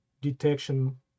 detection